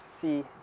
see